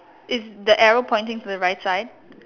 is the arrow pointing to the right side